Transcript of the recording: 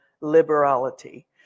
liberality